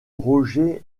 roger